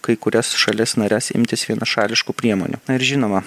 kai kurias šalis nares imtis vienašališkų priemonių na ir žinoma